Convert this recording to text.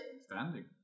Standing